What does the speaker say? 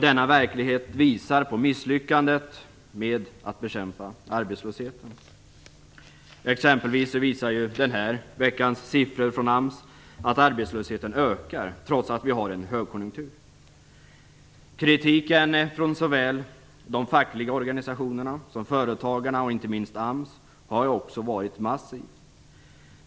Denna verklighet visar på misslyckandet med att bekämpa arbetslösheten. Den här veckans siffror från AMS visar t.ex. att arbetslösheten ökar trots att vi har en högkonjunktur. Kritiken från såväl de fackliga organisationerna som från företagarna och inte minst från AMS har ju också varit massiv.